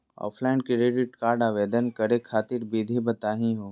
Offline credit card आवेदन करे खातिर विधि बताही हो?